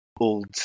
old